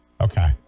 Okay